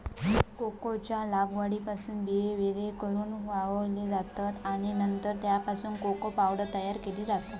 कोकोच्या लगद्यापासून बिये वेगळे करून वाळवले जातत आणि नंतर त्यापासून कोको पावडर तयार केली जाता